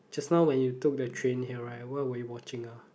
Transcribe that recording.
just now when you took the train here right what were you watching ah